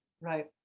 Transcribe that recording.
Right